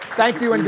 thank you and you